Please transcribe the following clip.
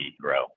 grow